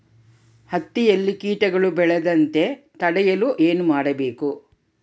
ಹತ್ತಿಯಲ್ಲಿ ಕೇಟಗಳು ಬೇಳದಂತೆ ತಡೆಯಲು ಏನು ಮಾಡಬೇಕು?